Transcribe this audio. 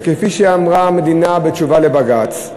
וכפי שאמרה המדינה בתשובה לבג"ץ,